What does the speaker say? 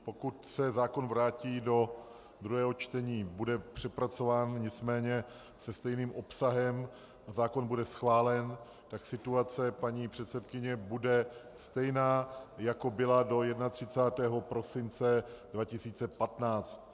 Pokud se zákon vrátí do druhého čtení, bude přepracován, nicméně se stejným obsahem, a zákon bude schválen, tak situace paní předsedkyně bude stejná, jako byla do 31. prosince 2015.